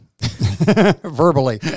Verbally